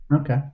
Okay